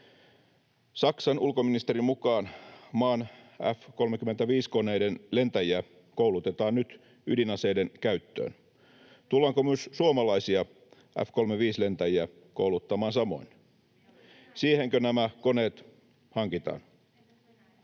Saksan ulkoministerin mukaan maan F-35-koneiden lentäjiä koulutetaan nyt ydinaseiden käyttöön. Tullaanko myös suomalaisia F-35-lentäjiä kouluttamaan samoin? [Sanna Antikainen: